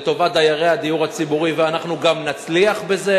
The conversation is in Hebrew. לטובת דיירי הדיור הציבורי, ואנחנו גם נצליח בזה,